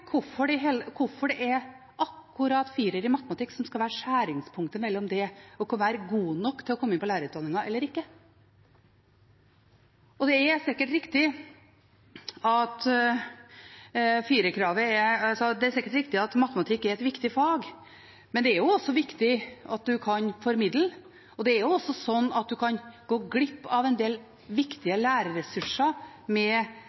hvorfor det er akkurat 4 i matte som skal være skjæringspunktet mellom det å være god nok til å komme inn på lærerutdanningen eller ikke. Det er sikkert riktig at matematikk er et viktig fag, men det er også viktig at man kan formidle. Det er også slik at man kan gå glipp av en del viktige lærerressurser med